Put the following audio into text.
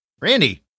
Randy